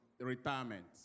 Retirement